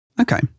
okay